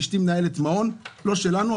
אשתי מנהלת מעון לא שלנו,